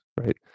right